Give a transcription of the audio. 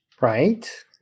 Right